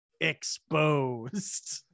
exposed